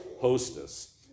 hostess